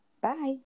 Bye